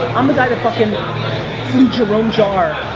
i'm the guy that fucking flew jerome jarre,